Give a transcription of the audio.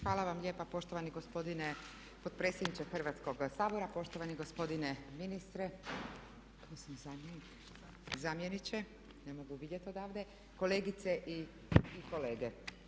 Hvala vam lijepa poštovani gospodine potpredsjedniče Hrvatskog sabora, poštovani gospodine ministre, zamjeniče, ne mogu vidjet odavde, kolegice i kolege.